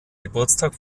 geburtstag